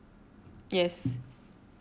yes